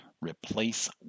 Replace